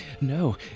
No